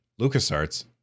LucasArts